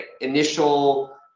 initial